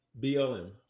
BLM